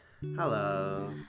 Hello